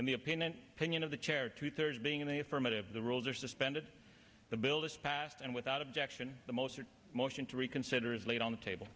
in the opinion pinion of the chair two thirds being in the affirmative the rules are suspended the bill this passed and without objection the most a motion to reconsider is laid on the table